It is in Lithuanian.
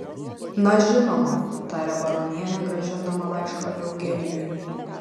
na žinoma tarė baronienė grąžindama laišką eugenijui